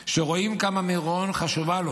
שרואים כמה מירון חשובה לו.